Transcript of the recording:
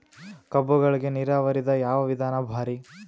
ಕಬ್ಬುಗಳಿಗಿ ನೀರಾವರಿದ ಯಾವ ವಿಧಾನ ಭಾರಿ?